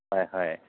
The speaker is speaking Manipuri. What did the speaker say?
ꯍꯣꯏ ꯍꯣꯏ